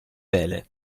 vele